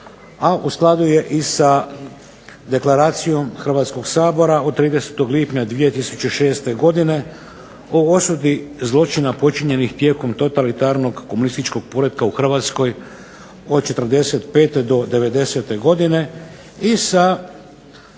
a u skladu je i sa deklaracijom Hrvatskog sabora od 30. lipnja 2006. godine o osudi zločina počinjenih tijekom totalitarnog komunističkog poretka u Hrvatskoj od '45. do '90. godine, i sa